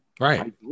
Right